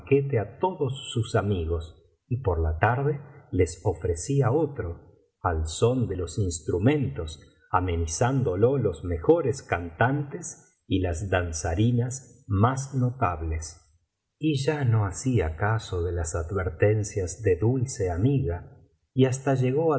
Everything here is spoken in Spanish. á todos sus amigos y por la tarde les ofrecía otro al son de los instrumentos amenizándolo los mejores cantantes y las danzarinas más notables biblioteca valenciana generalitat valenciana las mil noches y una noche y ya no hacía caso de las advertencias de dulceamiga y hasta llegó